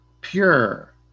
pure